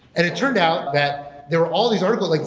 and it turned out that there were all these articles. like